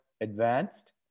advanced